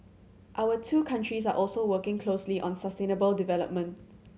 our two countries are also working closely on sustainable development